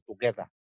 together